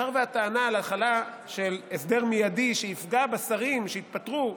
מאחר שהייתה טענה על החלה של הסדר מיידי שיפגע בשרים שהתפטרו,